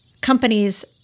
companies